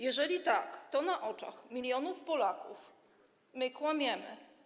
Jeżeli tak, to na oczach milionów Polaków my kłamiemy.